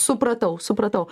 supratau supratau